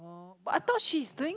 but I thought she's doing